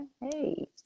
hey